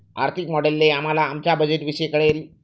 आर्थिक मॉडेलने आम्हाला आमच्या बजेटविषयी कळेल